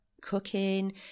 cooking